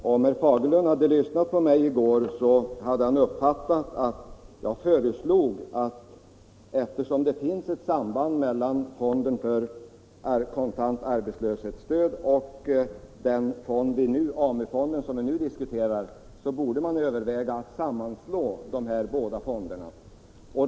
Herr talman! Om herr Fagerlund hade lyssnat på mig i går, hade han uppfattat att jag föreslog, eftersom det finns ett samband mellan fonden för kontant arbetslöshetsunderstöd och den fond, AMU-fonden, som vi nu diskuterar, att man borde överväga att sammanslå dessa båda fonder.